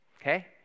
Okay